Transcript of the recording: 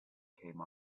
came